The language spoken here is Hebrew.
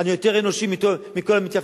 אני יותר אנושי מכל המתייפייפים,